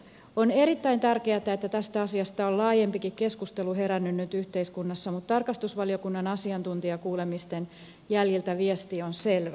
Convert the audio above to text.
on erittäin tärkeätä että tästä asiasta on laajempikin keskustelu herännyt nyt yhteiskunnassa mutta tarkastusvaliokunnan asiantuntijakuulemisten jäljiltä viesti on selvä